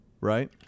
right